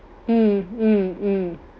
mm mm mm